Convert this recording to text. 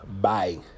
Bye